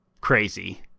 crazy